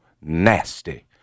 nasty